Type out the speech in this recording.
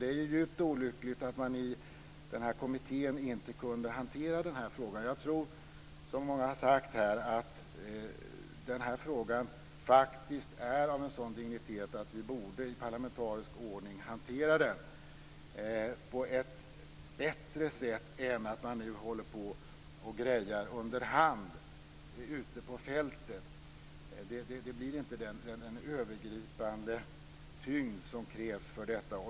Det är djupt olyckligt att man inte kunde hantera den frågan i den här kommittén. Jag tror, vilket många har sagt, att den här frågan är av en sådan dignitet att vi i parlamentarisk ordning borde hantera den på ett bättre sätt. Nu håller man på under hand ute på fältet. Det blir inte den övergripande tyngd som krävs för detta.